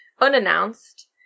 unannounced